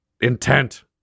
intent